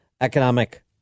economic